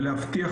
להבטיח